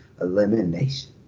elimination